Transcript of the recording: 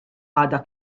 għadha